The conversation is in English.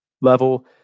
level